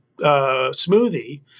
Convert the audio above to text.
smoothie